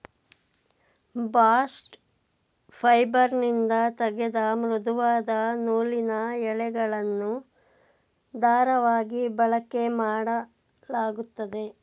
bast ಫೈಬರ್ನಿಂದ ತೆಗೆದ ಮೃದುವಾದ ನೂಲಿನ ಎಳೆಗಳನ್ನು ದಾರವಾಗಿ ಬಳಕೆಮಾಡಲಾಗುತ್ತದೆ